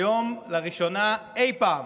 היום לראשונה אי פעם